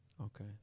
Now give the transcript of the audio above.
Okay